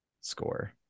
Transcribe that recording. score